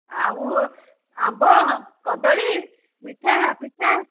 ଆଉ ଆମ୍ବ କଦଳୀ ମିଠା ପିଠା